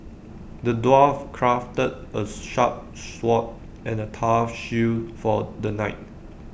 the dwarf crafted A sharp sword and A tough shield for the knight